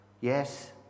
Yes